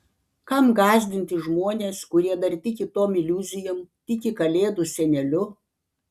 kam gąsdinti žmones kurie dar tiki tom iliuzijom tiki kalėdų seneliu